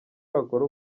wakora